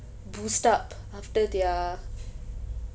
boost up after their